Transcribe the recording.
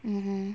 mmhmm